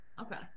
okay